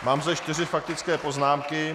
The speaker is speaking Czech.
Mám zde čtyři faktické poznámky.